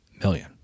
million